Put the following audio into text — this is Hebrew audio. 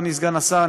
אדוני סגן השר,